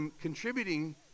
contributing